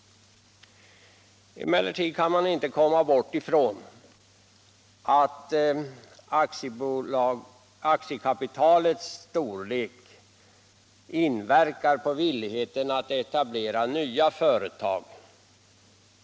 Emellertid kan man inte komma ifrån att aktiekapitalets storlek inverkar på villigheten att etablera nya företag.